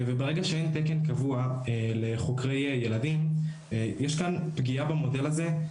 וברגע שאין תקן קבוע לחוקרי ילדים יש כאן פגיעה במודל הזה,